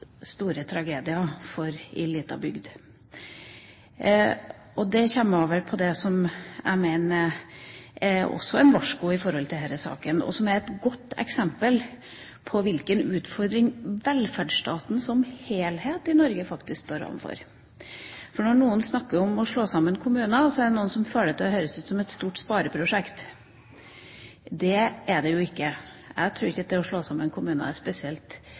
store tragedier. Da kommer jeg over på det som jeg mener også er et varsko i denne saken, og som er et godt eksempel på hvilken utfordring velferdsstaten som helhet i Norge faktisk står overfor. Når man snakker om å slå sammen kommuner, er det noen som får det til å høres ut som et stort spareprosjekt. Det er det jo ikke. Jeg tror ikke at det å slå sammen kommuner er spesielt